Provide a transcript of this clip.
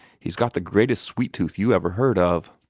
he's got the greatest sweet-tooth you ever heard of.